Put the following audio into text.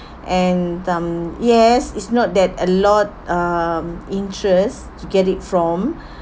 and um yes it's not that a lot um interest to get it from